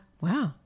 wow